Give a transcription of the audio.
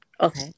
Okay